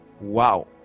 Wow